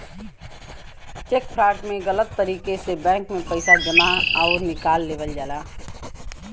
check fraud में गलत तरीके से बैंक में पैसा जमा आउर निकाल लेवल जाला